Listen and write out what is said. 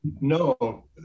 no